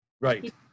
Right